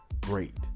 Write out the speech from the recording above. great